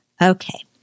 Okay